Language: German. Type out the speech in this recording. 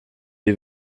wie